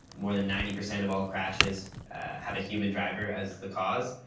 more than ninety percent of all crashes have a human driver as the cause.